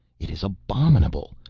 it is abominable.